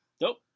Nope